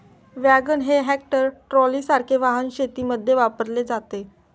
wagon हे tractor ट्रॉलीसारखे वाहन शेतीमध्ये वापरले जाते